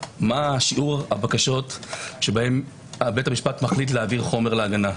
מה שיעור הבקשות שבהן בית המשפט מחליט להעביר חומר להגנה.